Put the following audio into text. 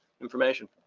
information